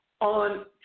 on